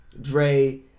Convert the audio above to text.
Dre